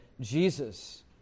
Jesus